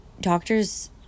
doctors